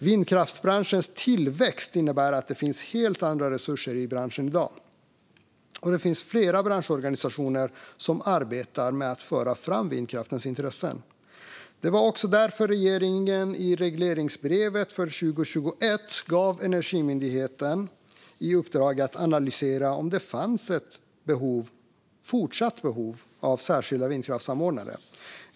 Vindkraftsbranschens tillväxt innebär att det finns helt andra resurser i branschen i dag. Det finns flera branschorganisationer som arbetar med att föra fram vindkraftens intressen. Det var också därför regeringen i regleringsbrevet för 2021 gav Energimyndigheten i uppdrag att analysera om det fanns ett fortsatt behov av särskilda vindkraftssamordnare.